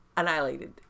annihilated